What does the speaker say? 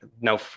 no